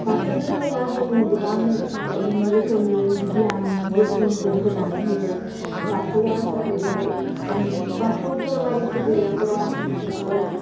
बाथौ धोरोमा जोंनो गोबां रोखोमनि गियान बोसोनफोर होनानै होयो बाथौया जाहैबाय बाथौ धोरोमारि फुजिग्राफोरा